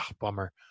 bummer